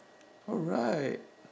alright